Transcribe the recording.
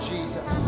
Jesus